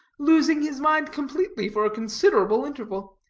losing his mind completely for a considerable interval.